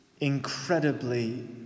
incredibly